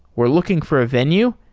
we're looking for a venue.